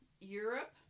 Europe